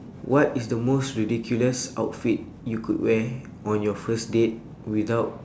what is the most ridiculous outfit you could wear on your first date without